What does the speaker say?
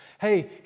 hey